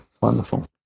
wonderful